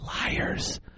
Liars